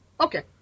Okay